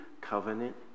covenant